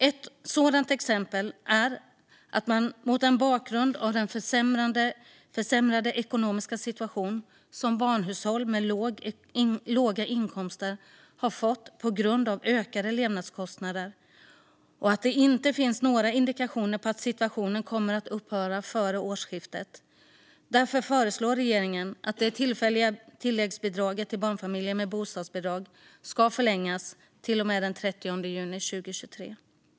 Ett sådant exempel är att regeringen, mot bakgrund av den försämrade ekonomiska situation som barnhushåll med låga inkomster har fått på grund av ökade levnadskostnader och att det inte finns några indikationer på att situationen kommer att förbättras före årsskiftet, föreslår att det tillfälliga tilläggsbidraget till barnfamiljer med bostadsbidrag ska förlängas till och med den 30 juni 2023.